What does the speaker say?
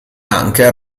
anche